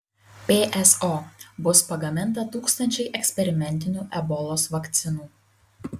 pso bus pagaminta tūkstančiai eksperimentinių ebolos vakcinų